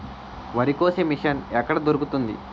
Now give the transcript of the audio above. వరి కోసే మిషన్ ఎక్కడ దొరుకుతుంది?